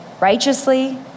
righteously